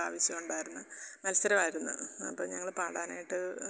ആവശ്യമുണ്ടായിരുന്നു മത്സരമായിരുന്നു അപ്പോൾ ഞങ്ങൾ പാടാനായിട്ട്